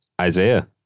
Isaiah